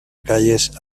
calles